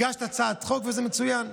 הגשת הצעת חוק וזה מצוין,